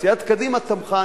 סיעת קדימה תמכה.